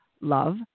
love